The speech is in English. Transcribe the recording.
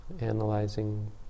analyzing